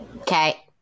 Okay